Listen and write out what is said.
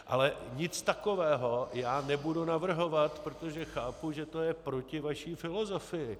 Ale nic takového já nebudu navrhovat, protože chápu, že to je proti vaší filozofii.